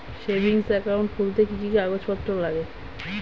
Savings account খুলতে কি কি কাগজপত্র লাগে?